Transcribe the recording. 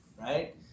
right